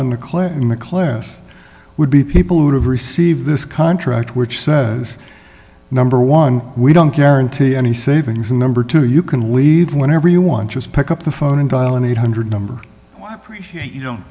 the clinton mclaren's would be people who have received this contract which says number one we don't guarantee any savings and number two you can leave whenever you want just pick up the phone and dial an eight hundred number why appreciate you don't